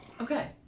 Okay